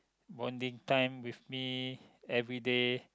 bonding time with me everyday